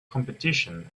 competition